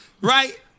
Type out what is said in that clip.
Right